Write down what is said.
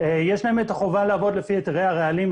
יש להם את החובה לעבוד לפי היתרי הרעלים,